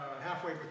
halfway